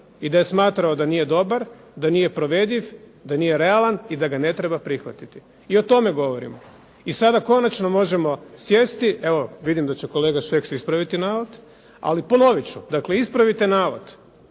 i da je smatrao da nije dobar, da nije provediv, da nije realan i da ga ne treba prihvatiti. I o tome govorim. I sada konačno možemo sjesti, evo vidim da će kolega Šeks ispraviti navod. Ali ponovit ću, dakle ispravite nalog,